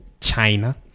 China